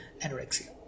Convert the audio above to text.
anorexia